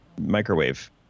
microwave